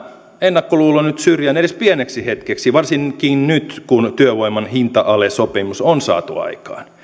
ennakkoluulo nyt syrjään edes pieneksi hetkeksi varsinkin nyt kun työvoiman hinta alesopimus on saatu aikaan